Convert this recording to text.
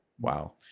Wow